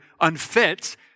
unfit